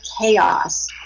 chaos